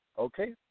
Okay